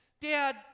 Dad